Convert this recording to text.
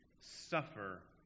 suffer